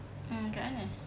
mm kat mana